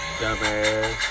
dumbass